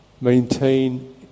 maintain